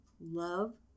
love